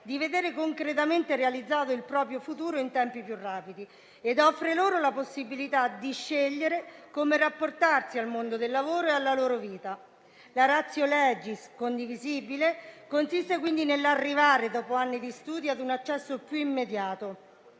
di vedere concretamente realizzato il proprio futuro in tempi più rapidi ed offre loro la possibilità di scegliere come rapportarsi al mondo del lavoro e alla loro vita. La *ratio legis* condivisibile consiste quindi nell'arrivare, dopo anni di studi, ad un accesso più immediato,